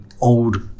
old